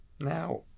Now